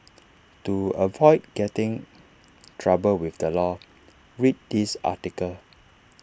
to avoid getting trouble with the law read this article